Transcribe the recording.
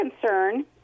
concern